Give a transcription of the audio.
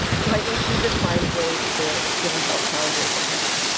so i think he just finds ways to give himself challenges sometimes,